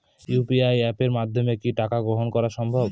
UPI অ্যাপের মাধ্যমে কি টাকা গ্রহণ করাও সম্ভব?